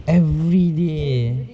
everyday